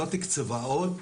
היא לא תקצבה עוד,